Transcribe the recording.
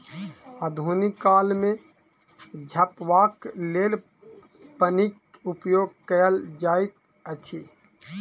आधुनिक काल मे झपबाक लेल पन्नीक उपयोग कयल जाइत अछि